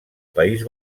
país